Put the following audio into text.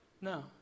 no